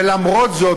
ולמרות זאת,